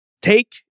take